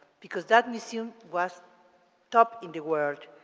because that museum was top in the word.